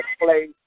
place